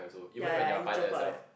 ya ya it jump out